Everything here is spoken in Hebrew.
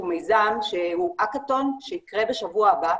מיזם שהוא הקאתון שיקרה בשבוע הבא.